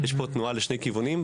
לכן, יש פה תנועה לשני הכיוונים.